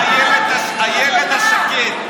תהרסו את הבית של המחבל, השרה הילד השקט.